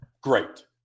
great